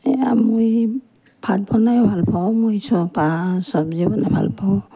এই আমি ভাত বনায়ো ভাল পাওঁ মই চবজি বনাই ভাল পাওঁ